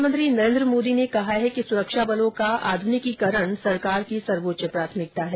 प्रधानमंत्री नरेंद्र मोदी ने कहा है कि सुरक्षा बलों का आध्निकीकरण सरकार की सर्वोच्च प्राथमिकता है